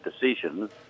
decisions